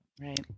right